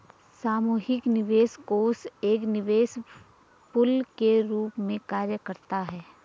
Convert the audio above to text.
सामूहिक निवेश कोष एक निवेश पूल के रूप में कार्य करता है